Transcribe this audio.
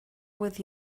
with